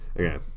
Okay